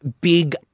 big